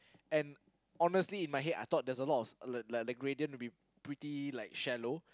and honestly in my head I thought that there's a lot of like the gradient will be pretty like shallow